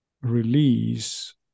release